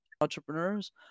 entrepreneurs